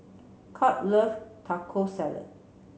Kurt love Taco Salad